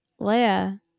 Leia